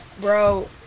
bro